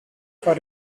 for